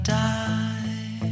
die